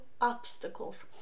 obstacles